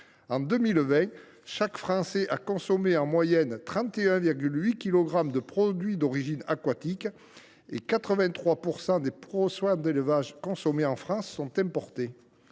En 2020, chaque Français a consommé en moyenne 31,8 kilogrammes de produits d’origine aquatique et 83 % des poissons d’élevage consommés en France sont importés.